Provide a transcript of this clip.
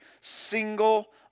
single